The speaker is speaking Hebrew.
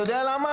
אתה יודע למה?